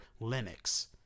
Linux